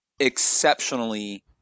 exceptionally